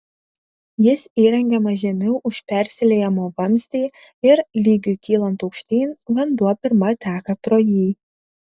jis įrengiamas žemiau už persiliejimo vamzdį ir lygiui kylant aukštyn vanduo pirma teka pro jį